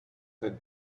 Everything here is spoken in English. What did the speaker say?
had